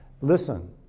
Listen